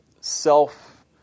self